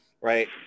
right